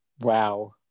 Wow